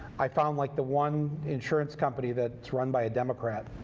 i found like the one insurance company that's run by a democrat